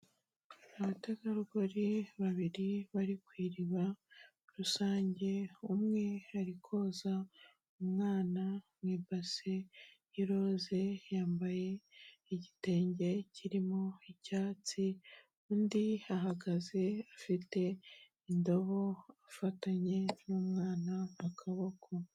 Abategarugori babiri bari ku iriba rusange umwe ari koza umwana mu ibase y'iroze, yambaye igitenge kirimo icyatsi, undi ahagaze afite indobo afatanye n'umwana akaboko.